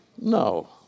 No